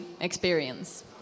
experience